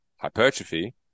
hypertrophy